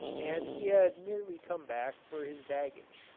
and he had merely come back for his baggage,